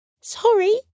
Sorry